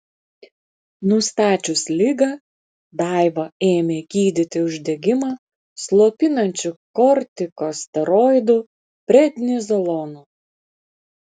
nustačius ligą daivą ėmė gydyti uždegimą slopinančiu kortikosteroidu prednizolonu